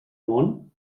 món